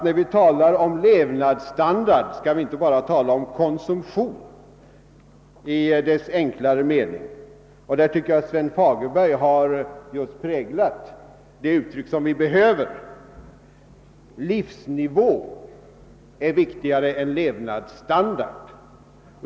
När vi talar om levnadsstandard, sade herr Tobé, skall vi inte bara tala om konsumtion i dess enklare mening. På den punkten tycker jag att Sven Fagerberg har präglat just det uttryck vi behöver: »Livsnivå är viktigare än levnadsstandard».